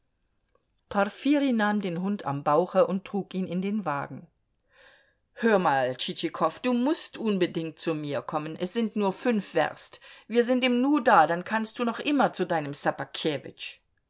porfirij nahm den hund am bauche und trug ihn in den wagen hör mal tschitschikow du mußt unbedingt zu mir kommen es sind nur fünf werst wir sind im nu da dann kannst du noch immer zu deinem